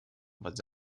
was